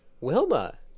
Wilma